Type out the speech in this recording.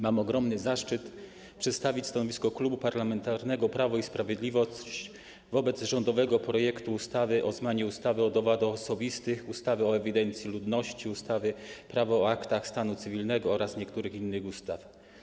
Mam ogromny zaszczyt przedstawić stanowisko Klubu Parlamentarnego Prawo i Sprawiedliwość wobec rządowego projektu ustawy o zmianie ustawy o dowodach osobistych, ustawy o ewidencji ludności, ustawy - Prawo o aktach stanu cywilnego oraz niektórych innych ustaw.